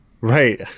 Right